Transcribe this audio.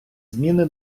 зміни